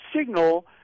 signal